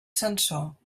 sansor